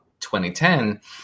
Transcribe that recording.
2010